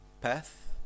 path